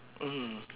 mmhmm